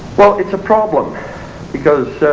well it's a problem because